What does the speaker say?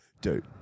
Dude